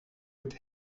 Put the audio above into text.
with